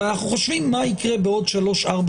אבל אנחנו חושבים מה יקרה בעוד שלוש-ארבע